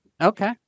Okay